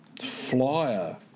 flyer